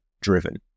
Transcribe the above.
driven